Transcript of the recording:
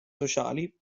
sociali